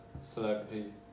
celebrity